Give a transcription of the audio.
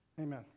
Amen